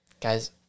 Guys